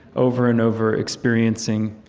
over and over, experiencing,